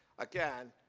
again,